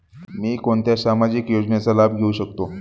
मी कोणत्या सामाजिक योजनेचा लाभ घेऊ शकते?